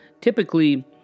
Typically